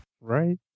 Right